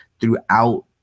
throughout